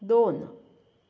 दोन